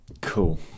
Cool